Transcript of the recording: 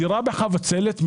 דירה בחבצלת,